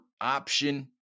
option